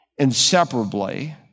Inseparably